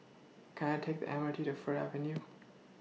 Can I Take The M R T to Fir Avenue